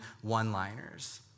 one-liners